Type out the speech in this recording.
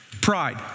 Pride